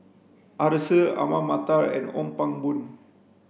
Arasu Ahmad Mattar and Ong Pang Boon